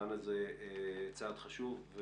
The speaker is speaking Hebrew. במובן הזה צעד חשוב.